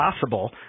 possible